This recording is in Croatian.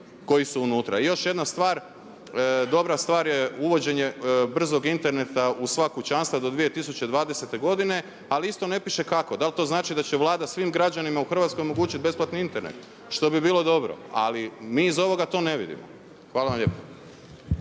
koji su unutra. I još jedna stvar, dobra stvar je uvođenje brzog interneta u sva kućanstva do 220 godine ali isto ne piše kako, da li to znači da će Vlada svim građanima u Hrvatskoj omogućiti besplatni Internet što bi bilo dobro. Ali mi iz ovoga to ne vidimo. Hvala lijepo.